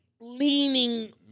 leaning